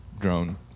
drone